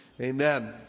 Amen